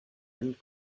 and